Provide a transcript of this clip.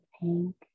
pink